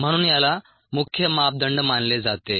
म्हणून याला मुख्य मापदंड मानले जाते